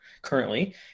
Currently